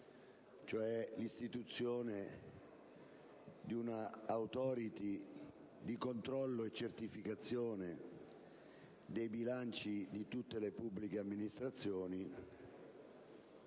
all'istituzione di un'autorità di controllo e certificazione dei bilanci di tutte le pubbliche amministrazioni